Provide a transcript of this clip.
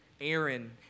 Aaron